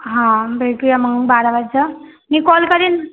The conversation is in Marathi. हां भेटूया मग बारा वाजता मी कॉल करेन